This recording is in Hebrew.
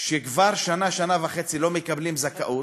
שכבר שנה, שנה וחצי לא מקבלים זכאות,